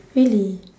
really